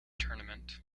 tournament